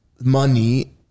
money